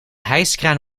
hijskraan